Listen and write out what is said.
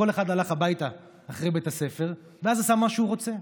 כל אחד הלך הביתה אחרי בית הספר ואז עשה מה שהוא רוצה.